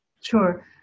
Sure